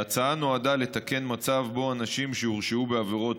ההצעה נועדה לתקן מצב שבו אנשים שהורשעו בעבירות